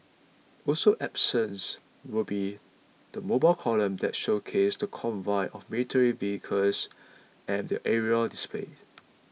also absence will be the mobile column that showcases the convoy of military vehicles and the aerial displays